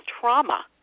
trauma